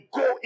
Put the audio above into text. go